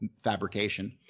fabrication